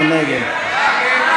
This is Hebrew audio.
מי נגד?